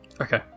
Okay